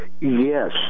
Yes